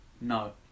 no